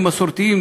הם מסורתיים,